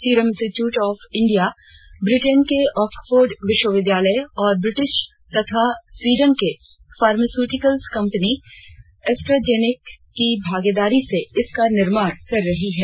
serum Institute of India Britain के Oxford विश्वविद्यालय और ब्रिटिश तथा स्वीडन की फार्मास्यूटिकल्स कम्पनी एस्ट्राजेनेका की भागीदारी से इसका निर्माण कर रही है